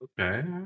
okay